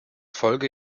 folge